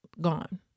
gone